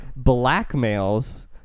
blackmails